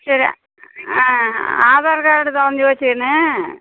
சரி ஆ ஆதார் கார்டு தொலஞ்சு போச்சு கண்ணு